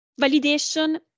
Validation